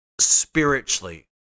spiritually